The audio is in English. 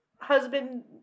husband